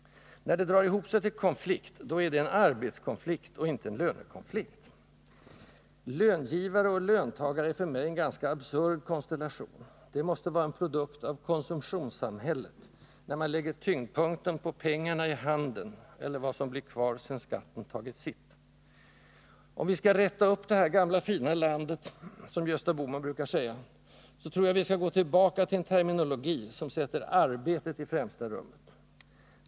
När det drar ihop sig till konflikt, då är det en arbetskonflikt och inte en lönekonflikt. Löngivare och löntagare är för mig en ganska absurd konstellation: det måste vara en produkt av konsumtionssamhället, när man lägger tyngdpunkten på pengarna i handen — eller vad som blir kvar sedan skatten tagit sitt. Om vi skall rätta upp det här gamla fina landet, som Gösta Bohman brukar säga, så tror jag vi skall gå tillbaka till en terminologi som sätter arbetet i främsta rummet.